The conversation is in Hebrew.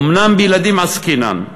אומנם בילדים עסקינן,